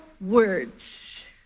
words